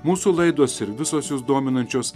mūsų laidos ir visos jus dominančios